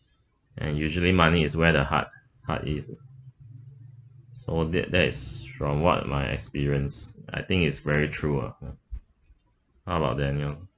and usually money is where the heart heart is so that that is from what my experience I think it's very true ah how about daniel